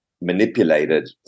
manipulated